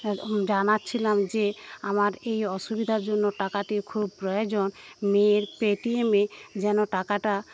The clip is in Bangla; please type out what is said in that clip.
জানাচ্ছিলাম যে আমার এই অসুবিধার জন্য টাকাটির খুব প্রয়োজন মেয়ের পেটিএমে যেন টাকাটা